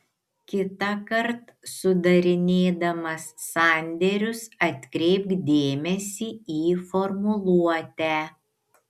kitąkart sudarinėdamas sandėrius atkreipk dėmesį į formuluotę